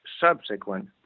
subsequent